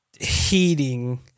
heating